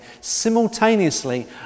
simultaneously